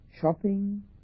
shopping